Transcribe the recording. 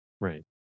Right